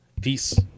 Peace